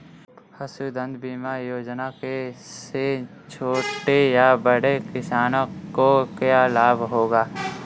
पशुधन बीमा योजना से छोटे या बड़े किसानों को क्या लाभ होगा?